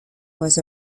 was